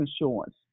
insurance